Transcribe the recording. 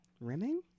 rimming